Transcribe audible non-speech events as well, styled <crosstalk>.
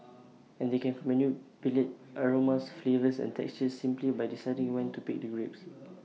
and they can manipulate aromas flavours and textures simply by deciding when to pick the grapes <noise>